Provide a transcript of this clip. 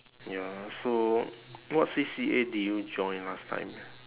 ya so what C_C_A did you join last time